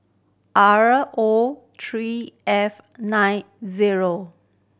R O three F nine zero